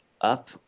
up